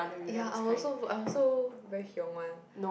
ya I also I also very hiong one